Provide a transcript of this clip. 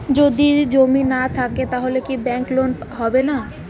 যদি জমি না থাকে তাহলে কি ব্যাংক লোন হবে না?